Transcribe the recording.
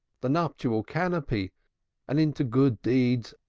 the nuptial canopy and into good deeds.